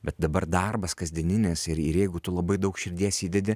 bet dabar darbas kasdieninis ir ir jeigu tu labai daug širdies įdedi